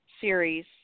series